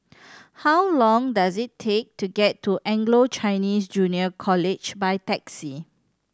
how long does it take to get to Anglo Chinese Junior College by taxi